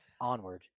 onward